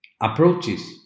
approaches